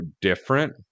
different